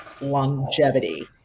longevity